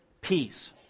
peace